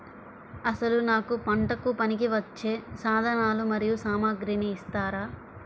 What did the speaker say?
అసలు నాకు పంటకు పనికివచ్చే సాధనాలు మరియు సామగ్రిని ఇస్తారా?